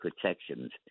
protections